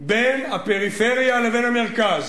בין הפריפריה לבין המרכז,